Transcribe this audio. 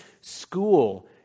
school